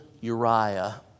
Uriah